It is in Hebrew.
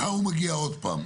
מחר הוא מגיע עוד פעם,